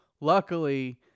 Luckily